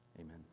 amen